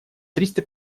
триста